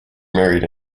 married